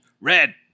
Red